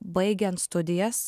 baigiant studijas